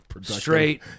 straight